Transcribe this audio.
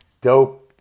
dope